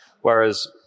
Whereas